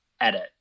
edit